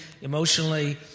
emotionally